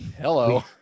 Hello